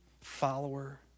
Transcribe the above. follower